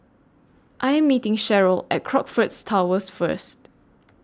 I Am meeting Sharyl At Crockfords Towers First